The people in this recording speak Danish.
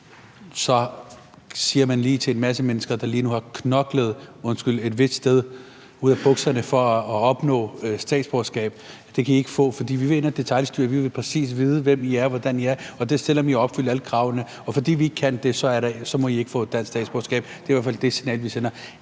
lige siger til en masse mennesker, der lige nu har knoklet – undskyld – et vist sted ud af bukserne for at opnå statsborgerskab, at det kan de ikke få, fordi vi vil ind at detailstyre? Man siger: Vi vil vide, præcis hvem I er og hvordan I er, og det vil vi, selv om I har opfyldt alle kravene, og fordi vi ikke kan få det at vide, må I ikke få et dansk statsborgerskab. Det er i hvert fald det signal, vi sender.